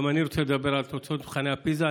גם אני רוצה לדבר על תוצאות מבחני הפיז"ה.